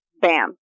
bam